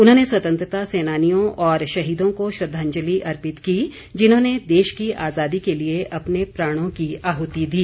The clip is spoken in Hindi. उन्होंने स्वतंत्रता सैनानियों और शहीदों को श्रद्वांजलि अर्पित की जिन्होंने देश की आजादी के लिए अपने प्राणों की आहुति दी